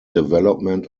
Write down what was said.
development